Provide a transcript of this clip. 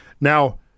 Now